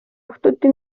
õhtuti